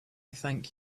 thank